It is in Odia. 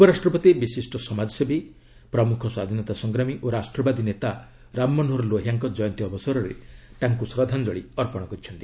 ଉପରାଷ୍ଟ୍ରପତି ବିଶିଷ୍ଟ ସମାଜସେବୀ ପ୍ରମୁଖ ସ୍ୱାଧୀନତା ସଂଗ୍ରାମୀ ଓ ରାଷ୍ଟ୍ରବାଦୀ ନେତା ରାମ ମନୋହର ଲୋହିଆଙ୍କ ଜୟନ୍ତୀ ଅବସରରେ ତାଙ୍କୁ ଶ୍ରଦ୍ଧାଞ୍ଜଳି ଅର୍ପଣ କରିଛନ୍ତି